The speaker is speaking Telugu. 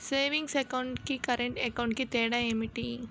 సేవింగ్స్ అకౌంట్ కి కరెంట్ అకౌంట్ కి తేడా ఏమిటి?